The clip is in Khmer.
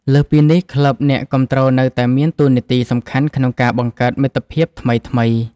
លើសពីនេះ ក្លឹបអ្នកគាំទ្រនៅតែមានតួនាទីសំខាន់ក្នុងការបង្កើតមិត្តភាពថ្មីៗ។